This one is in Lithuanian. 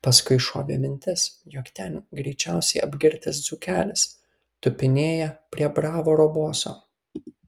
paskui šovė mintis jog ten greičiausiai apgirtęs dzūkelis tupinėja prie bravoro boso